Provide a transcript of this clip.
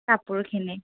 কাপোৰখিনি